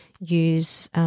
use